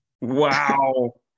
Wow